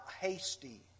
hasty